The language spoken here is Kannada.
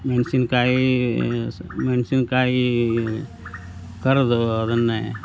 ಮೆಣ್ಸಿನ್ಕಾಯಿ ಸ್ ಮೆಣ್ಸಿನ್ಕಾಯಿ ಕರಿದು ಅದನ್ನೇ